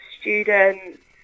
students